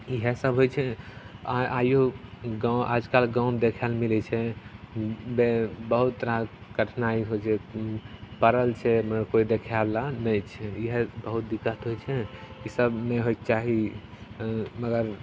इएहसब होइ छै आओर आइओ गाम आजकल गाम देखैले मिलै छै बे बहुत रास कठिनाइ होइ छै पड़ल छै कोइ देखैवला नहि छै इएह बहुत दिक्कत होइ छै ईसब नहि होइके चाही मगर